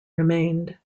remained